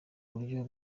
buryo